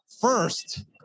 first